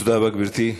תודה רבה, גברתי השרה.